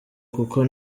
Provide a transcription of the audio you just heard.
kuko